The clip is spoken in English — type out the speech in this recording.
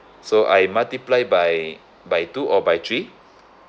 so I multiply by by two or by three